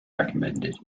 recommended